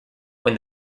when